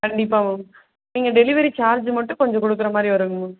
கண்டிப்பாக மேம் நீங்கள் delivery charge மட்டும் கொஞ்சம் கொடுக்குற மாதிரி வருங்க மேம்